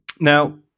Now